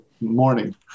morning